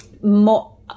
more